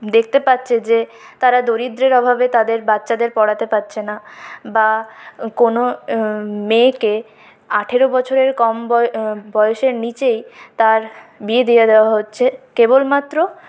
দেখতে পাচ্ছে যে তারা দরিদ্রের অভাবে তাদের বাচ্চাদের পড়াতে পারছে না বা কোনো মেয়েকে আঠেরো বছরের কম বয়সের নিচেই তার বিয়ে দিয়ে দেওয়া হচ্ছে কেবলমাত্র